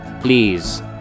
Please